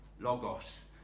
Logos